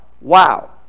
wow